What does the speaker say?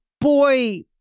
boy